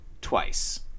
twice